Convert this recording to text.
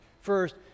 First